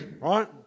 Right